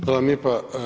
Hvala vam lijepa.